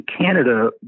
Canada